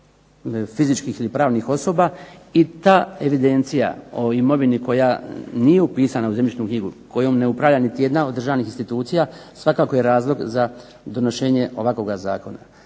fizičkih ili pravnih osoba. I ta evidencija o imovina koja nije upisana u zemljišnu knjigu, kojom ne upravlja nijedna od državnih institucija, svakako je razlog za donošenje ovog zakona.